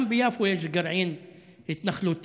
גם ביפו יש גרעין התנחלותי.